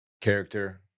character